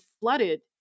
flooded